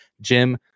Jim